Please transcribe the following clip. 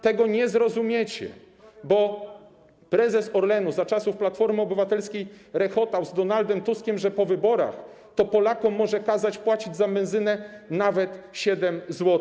Tego nie zrozumiecie, bo prezes Orlenu za czasów Platformy Obywatelskiej rechotał z Donaldem Tuskiem, że po wyborach to Polakom może kazać płacić za benzynę nawet 7 zł.